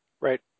Right